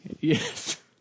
Yes